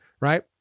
right